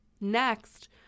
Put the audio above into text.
next